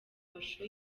mashusho